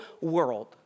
world